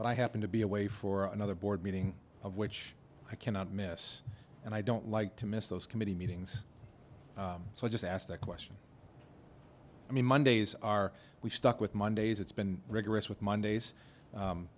but i happen to be away for another board meeting of which i cannot miss and i don't like to miss those committee meetings so i just ask the question i mean mondays are we stuck with mondays it's been rigorous with mondays